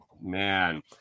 man